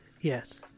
Yes